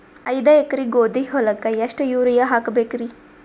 ಐದ ಎಕರಿ ಗೋಧಿ ಹೊಲಕ್ಕ ಎಷ್ಟ ಯೂರಿಯಹಾಕಬೆಕ್ರಿ?